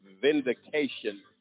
vindication